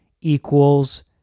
equals